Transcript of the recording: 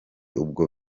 ubwo